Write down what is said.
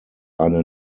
eine